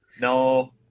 No